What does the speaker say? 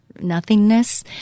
nothingness